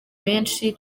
benshi